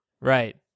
Right